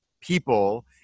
people